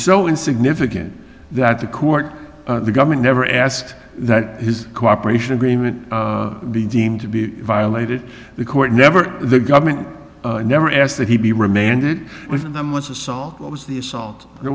so insignificant that the court the government never asked that his cooperation agreement be deemed to be violated the court never the government never asked that he be remanded within them was assault was the assault there